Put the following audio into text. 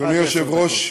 עד עשר דקות.